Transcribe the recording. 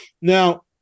Now